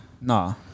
Nah